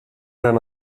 gran